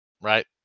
right